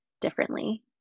differently